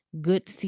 good